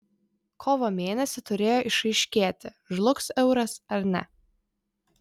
kovo mėnesį turėjo išaiškėti žlugs euras ar ne